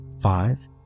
five